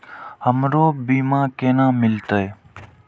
हमरो बीमा केना मिलते?